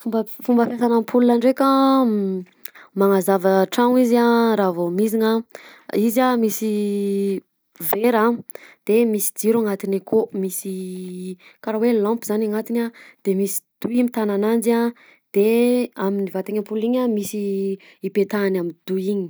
Fomba fomba fiasana ampola ndreka a magnazava trano izy a raha vao mizina de izy a misy vera a de misy jiro anatiny akao misy karaha hoe lampe zany anatiny a de misy douille mitana ananjy de amina vatan'ny ampoly iny a misy ipetahany amin'ny douille iny.